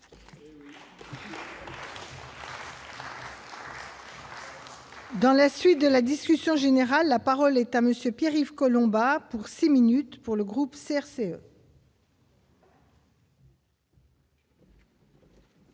Dans la suite de la discussion générale, la parole est à monsieur Pierre-Yves Collombat pour 6 minutes pour le groupe CRC.